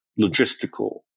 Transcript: logistical